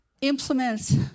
implements